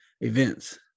events